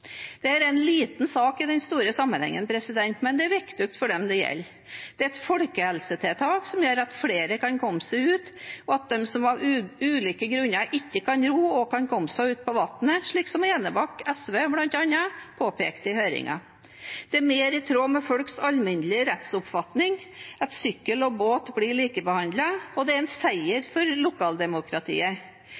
er en liten sak i den store sammenhengen, men det er viktig for dem det gjelder. Det er et folkehelsetiltak som gjør at flere kan komme seg ut, og at de som av ulike grunner ikke kan ro, også kan komme seg ut på vannet, noe bl.a. Enebakk SV påpekte i høringen. Det er mer i tråd med folks alminnelige rettsoppfatning at sykkel og båt blir likebehandlet, og det er en seier for lokaldemokratiet.